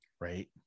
right